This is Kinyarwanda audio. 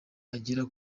igira